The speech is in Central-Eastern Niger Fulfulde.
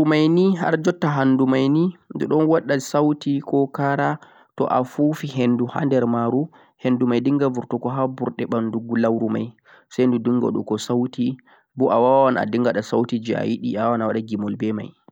guhulluwuruu mei nei har jotta handuu mai nei edhon wada sauti ko kara toh fuufii henduu hander maruu henduu mei dinghar burtaghuu haa burtei banduu ghullanduu mei sai donghuu dhum sauti moo awaawan adinghan dei sauti jee ayidi awaawa gemol be mei